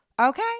okay